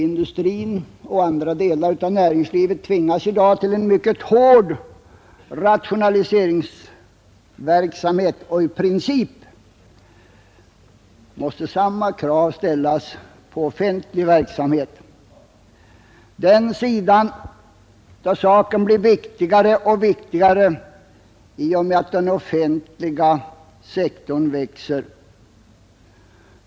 Industrin och andra delar av näringslivet tvingas i dag till mycket hårda rationaliseringar, och i princip måste samma rationaliseringskrav ställas på den offentliga verksamheten. Den sidan av saken blir viktigare och viktigare i och med att den offentliga sektorn växer.